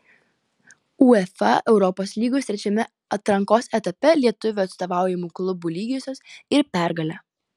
uefa europos lygos trečiame atrankos etape lietuvių atstovaujamų klubų lygiosios ir pergalė